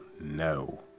no